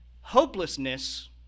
hopelessness